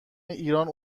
ایران